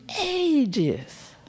ages